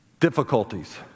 difficulties